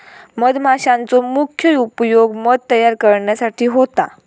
मधमाशांचो मुख्य उपयोग मध तयार करण्यासाठी होता